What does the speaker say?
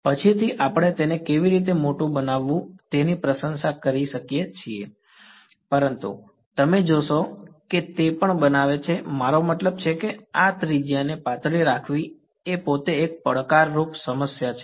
પછીથી આપણે તેને કેવી રીતે મોટું બનાવવું તેની પ્રશંસા કરી શકીએ છીએ પરંતુ તમે જોશો કે તે પણ બનાવે છે મારો મતલબ છે કે આ ત્રિજ્યાને પાતળી રાખવી એ પોતે એક પડકારરૂપ સમસ્યા છે